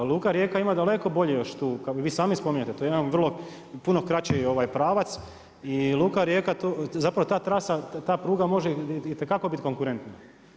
Luka Rijeka ima daleko bolje još tu, vi sami spominjete, to je jedan puno kraći pravac i luka Rijeka tu, zapravo ta trasa, ta pruga može itekako biti konkurentna.